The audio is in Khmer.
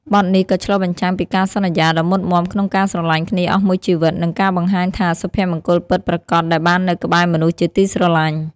បទនេះក៏ឆ្លុះបញ្ចាំងពីការសន្យាដ៏មុតមាំក្នុងការស្រឡាញ់គ្នាអស់មួយជីវិត និងការបង្ហាញថា សុភមង្គលពិតប្រាកដដែលបាននៅក្បែរមនុស្សជាទីស្រឡាញ់។